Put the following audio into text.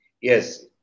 Yes